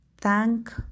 thank